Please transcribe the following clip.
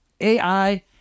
AI